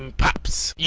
and pops. yeah